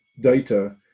data